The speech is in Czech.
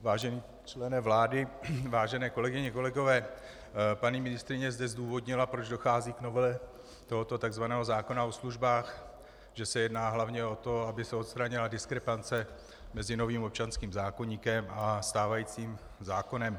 Vážení členové vlády, vážené kolegyně, kolegové, paní ministryně zde zdůvodnila, proč dochází k novele tohoto tzv. zákona o službách, že se jedná hlavně o to, aby se odstranila diskrepance mezi novým občanským zákoníkem a stávajícím zákonem.